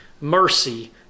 Mercy